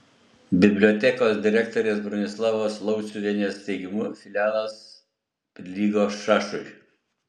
bibliotekos direktorės bronislavos lauciuvienės teigimu filialas prilygo šašui